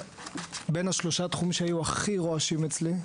בין שלושת התחומים שהיו הכי רועשים אצלי.